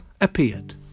appeared